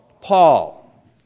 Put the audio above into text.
Paul